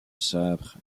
chambre